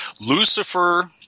Lucifer